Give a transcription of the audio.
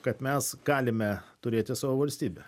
kad mes galime turėti savo valstybę